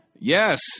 Yes